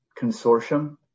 consortium